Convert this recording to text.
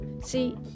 See